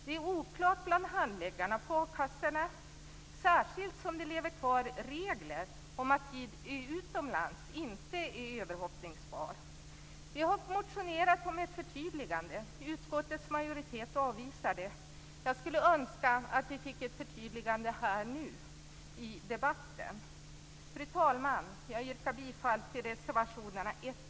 Det är oklart bland handläggarna på a-kassorna, särskilt som det lever kvar regler om att tid utomlands inte är överhoppningsbar. Vi har motionerat om ett förtydligande. Utskottets majoritet avvisar det. Jag skulle önska att vi fick ett förtydligande här nu i debatten. Fru talman! Jag yrkar bifall till reservationerna 1